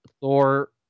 Thor